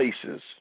places